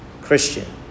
Christian